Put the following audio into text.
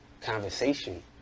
conversation